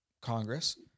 Congress